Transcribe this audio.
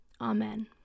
Amen